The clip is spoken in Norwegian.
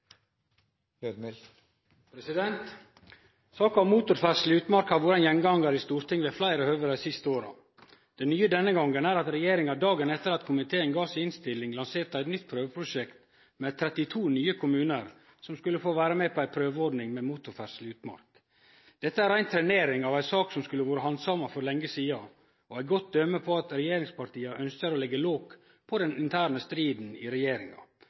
at regjeringa dagen etter at komiteen la fram si innstilling, lanserte eit nytt prøveprosjekt med 32 nye kommunar som skulle få vere med på ei prøveordning med motorferdsle i utmark. Dette er rein trenering av ei sak som skulle ha vore handsama for lenge sidan, og eit godt døme på at regjeringspartia ønskjer å leggje lok på den interne striden i regjeringa.